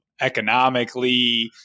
economically